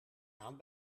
aan